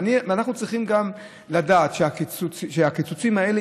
אנחנו צריכים גם לדעת שהקיצוצים האלה